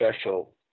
special